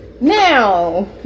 Now